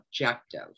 objective